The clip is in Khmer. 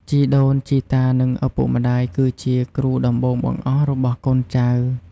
ជីដូនជីតា និងឪពុកម្ដាយ គឺជា គ្រូដំបូងបង្អស់ របស់កូនចៅ។